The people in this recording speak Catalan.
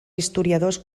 historiadors